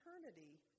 eternity